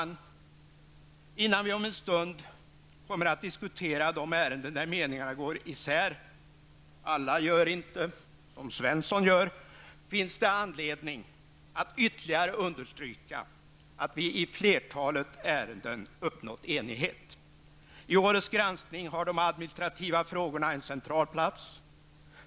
Innan vi om en stund kommer att diskutera de ärenden där meningarna går isär -- alla gör inte som Svensson gör -- finns det anledning att ytterligare understryka att vi i flertalet ärenden uppnått enighet. Vid årets granskning har de administrativa frågorna en central plats.